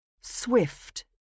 swift